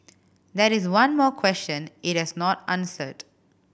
that is one more question it has not answered